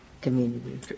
community